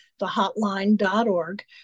thehotline.org